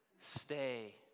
Stay